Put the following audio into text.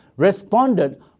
responded